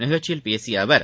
நிகழ்ச்சியில் பேசிய அவர்